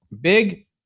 Big